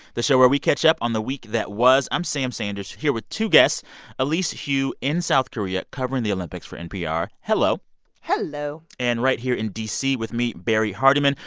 the show where we catch up on the week that was. i'm sam sanders, here with two guests elise hu in south korea, covering the olympics for npr. hello hello and right here in d c. with me, barrie hardymon,